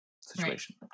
situation